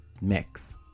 mix